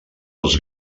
dels